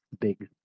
big